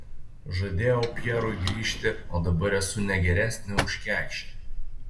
žadėjau pjerui grįžti o dabar esu ne geresnė už kekšę